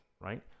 right